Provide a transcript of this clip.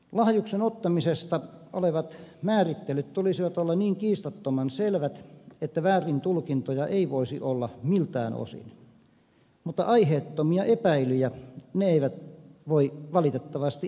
lahjuksen ottamisesta olevien määrittelyjen tulisi olla niin kiistattoman selvät että väärintulkintoja ei voisi olla miltään osin mutta aiheettomia epäilyjä ne eivät voi valitettavasti estää